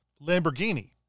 lamborghini